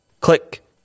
click